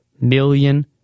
million